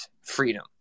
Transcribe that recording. freedom